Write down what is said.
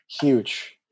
Huge